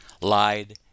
lied